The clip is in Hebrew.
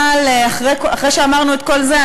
אבל אחרי שאמרנו את כל זה,